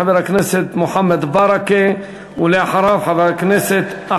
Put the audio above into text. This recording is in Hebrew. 292, 346, 370, 301, 285 ו-373, של כמה חברי כנסת.